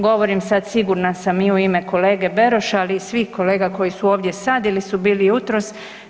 Govorim sad sigurna sam i u ime kolege Beroša, ali i u ime svih kolega koji su ovdje sad ili su bili jutros.